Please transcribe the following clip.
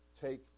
take